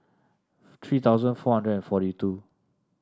three thousand four hundred and forty two